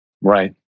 Right